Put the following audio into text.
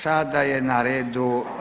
Sada je na redu.